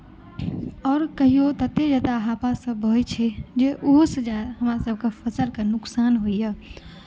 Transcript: आओर कहियो तत्ते जादा हवा सब बहै छै जे ओसु जायत हमरा सबके फसल के नुकसान होइया आओर